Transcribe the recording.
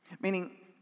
meaning